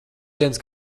dienas